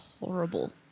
horrible